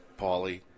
Pauly